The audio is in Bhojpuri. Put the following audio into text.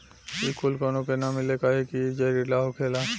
इ कूल काउनो के ना मिले कहे की इ जहरीला होखेला